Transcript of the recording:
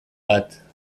bat